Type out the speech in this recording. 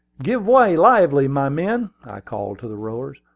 give way, lively, my men! i called to the rowers.